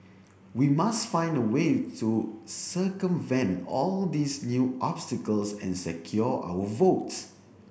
we must find a way to circumvent all these new obstacles and secure our votes